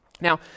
Now